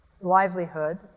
livelihood